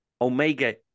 Omega